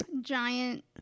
Giant